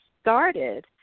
started